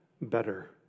better